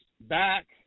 back